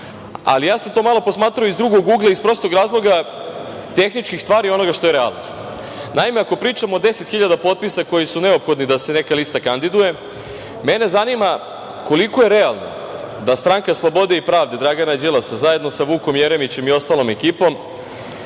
ali ja sam to malo posmatrao iz drugog ugla, iz prostog razloga tehničkih stvari onoga što je realnost. Naime, ako pričamo o 10.000 potpisa koji su neophodni da se neka lista kandiduje, mene zanima koliko je realno da Stranka slobode i pravde Dragana Đilasa, zajedno sa Vukom Jeremićem i ostalom ekipom,